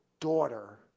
Daughter